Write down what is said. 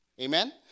Amen